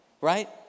right